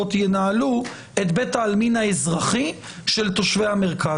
ינהלו את בית העלמין האזרחי של תושבי המרכז.